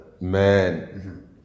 Man